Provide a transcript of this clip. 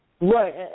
Right